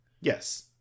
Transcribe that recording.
Yes